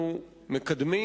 אנחנו מקדמים,